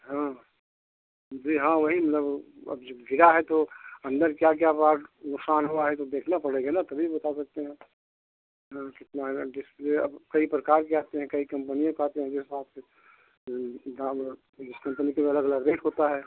हाँ जी हाँ वही मतलब अब जब गिरा है तो अंदर क्या क्या पार्ट नुक़सान हुआ है यह तो देखना पड़ेगा ना तभी बता सकते हैं हाँ कितना आएगा डिस्पले अब कई प्रकार के आते हैं कई कंपनियों के आते हैं जैसे आपके दावर सब कंपनी के अलग अलग रेट होता है